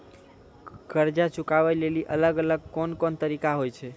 कर्जा चुकाबै लेली अलग अलग कोन कोन तरिका होय छै?